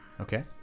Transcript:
Okay